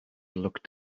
looked